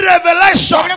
Revelation